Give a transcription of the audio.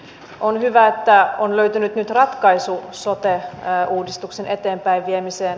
on hyvä että on löytynyt nyt ratkaisu sote uudistuksen eteenpäinviemiseen